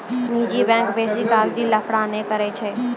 निजी बैंक बेसी कागजी लफड़ा नै करै छै